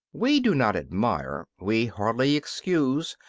we do not admire, we hardly excuse,